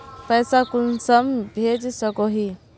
पैसा कुंसम भेज सकोही?